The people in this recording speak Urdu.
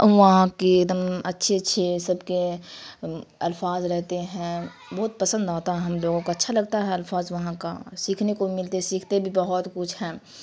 وہاں کی ایک دم اچھی اچھی سب کے الفاظ رہتے ہیں بہت پسند آتا ہے ہم لوگوں کو اچھا لگتا ہے الفاظ وہاں کا سیکھنے کو ملتے سیکھتے بھی بہت کچھ ہیں